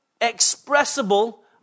expressible